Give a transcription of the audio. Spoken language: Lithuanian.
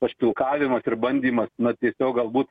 pašpilkavimas ir bandymas na tiesiog galbūt